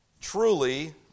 truly